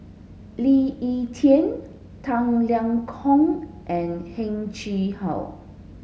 Lee Ek Tieng Tang Liang Hong and Heng Chee How